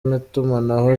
n’itumanaho